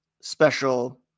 special